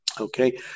Okay